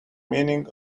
meaning